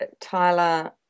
Tyler